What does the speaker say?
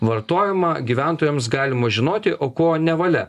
vartojimą gyventojams galima žinoti o ko nevalia